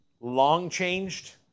long-changed